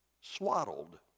swaddled